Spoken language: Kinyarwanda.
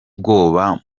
bwoba